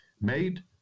made